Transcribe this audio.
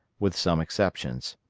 with some exceptions.